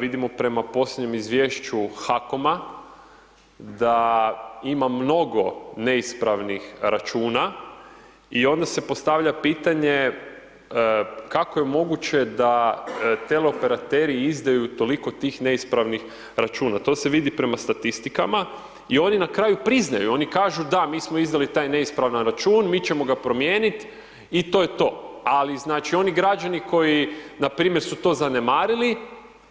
Vidimo prema posljednjem izvješću HAKOM-a da ima mnogo neispravnih računa i onda se postavlja pitanje kako je moguće da teleoperateri izdaju toliko tih neispravnih računa, to se vidi prema statistikama i oni na kraju priznaju oni kažu da, mi smo izdali taj neispravan račun mi ćemo ga promijenit i to je to, ali znači oni građani npr. su to zanemarili